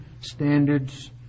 standards